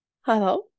Hello